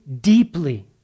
deeply